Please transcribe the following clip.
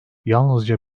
yalnızca